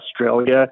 australia